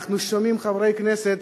אנחנו שומעים חברי כנסת